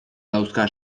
dauzka